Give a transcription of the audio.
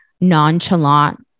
nonchalant